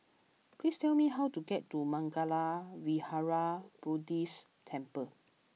please tell me how to get to Mangala Vihara Buddhist Temple